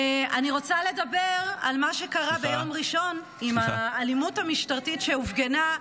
אני רוצה לדבר על מה שקרה ביום ראשון עם האלימות המשטרתית שהופגנה,